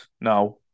now